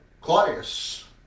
Claudius